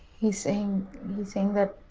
he's saying saying that,